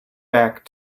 back